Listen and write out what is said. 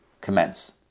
commence